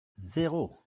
zéro